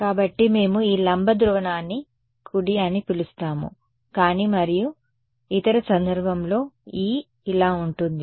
కాబట్టి మేము దీన్ని లంబ ధ్రువణాన్ని అని పిలుస్తాము కానీ మరియు ఇతర సందర్భంలో E ఇలా ఉంటుంది